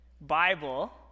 Bible